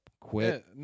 quit